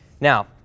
Now